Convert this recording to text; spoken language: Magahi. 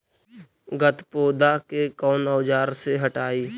गत्पोदा के कौन औजार से हटायी?